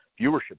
viewership